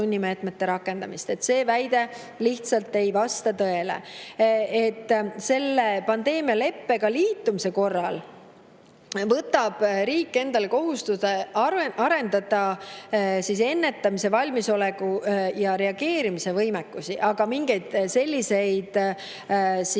See väide lihtsalt ei vasta tõele. Selle pandeemialeppega liitumise korral võtab riik endale kohustuse arendada ennetamise, valmisoleku ja reageerimise võimekusi. Aga mingit sunnimeetmete